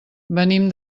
venim